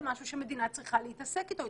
זה משהו שמדינה צריכה להתעסק איתו,